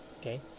okay